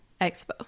expo